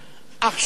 עכשיו,